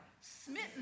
smitten